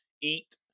eat